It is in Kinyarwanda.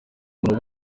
umuntu